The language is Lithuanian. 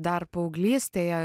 dar paauglystėje